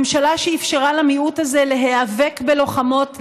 ממשלה שאפשרה למיעוט הזה להיאבק בלוחמות,